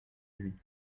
lui